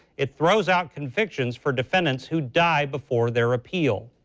it throws out convictions for defendants who die before their appeal.